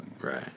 Right